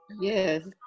Yes